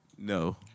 No